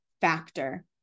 Factor